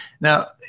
Now